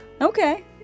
Okay